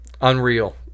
unreal